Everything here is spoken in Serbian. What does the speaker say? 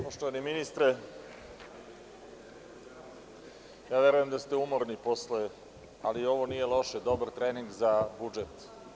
Poštovani ministre, verujem da ste umorni, ali ovo nije loše, dobar trening za budžet.